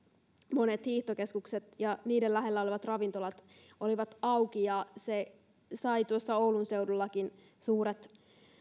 monet hiihtokeskukset ja niiden lähellä olevat ravintolat olivat auki ja se sai oulun seudullakin suuret